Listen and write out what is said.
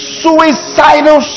suicidal